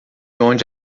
onde